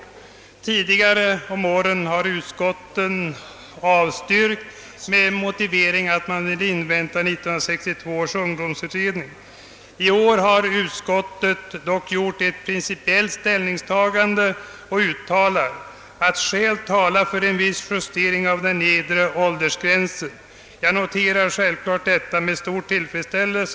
Förr om åren har vederbörande utskott avstyrkt, med motivering att man vill invänta förslagen från 1962 års ungdomsutredning. I år har emellertid utskottet gjort ett principiellt ställningstagande och yttrar att skäl talar för en viss justering av den nedre åldersgränsen. Självfallet noterar jag detta med stor tillfredsställelse.